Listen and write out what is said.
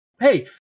Hey